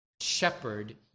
shepherd